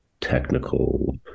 technical